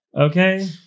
Okay